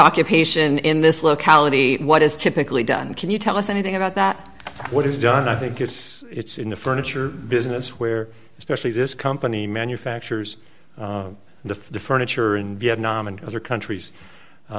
occupation in this locality what is typically done can you tell us anything about that what is done i think it's it's in the furniture business where especially this company manufactures the furniture in vietnam and other countries